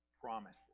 promises